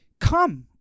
come